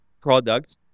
product